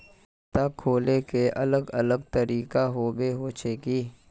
खाता खोले के अलग अलग तरीका होबे होचे की?